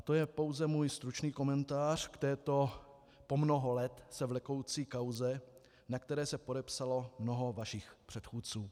To je pouze můj stručný komentář k této po mnoho let se vlekoucí kauze, na které se podepsalo mnoho vašich předchůdců.